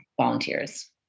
volunteers